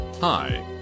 Hi